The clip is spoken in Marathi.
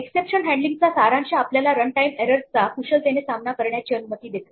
एक्सेप्शन हँडलींग चा सारांश आपल्याला रन टाइम एररस चा कुशलतेने सामना करण्याची अनुमती देते